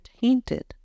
tainted